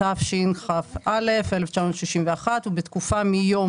התשכ"א- 1961 בתקופה שמיום